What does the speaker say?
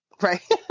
Right